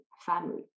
family